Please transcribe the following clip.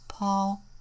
Paul